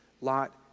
Lot